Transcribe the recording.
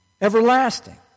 Everlasting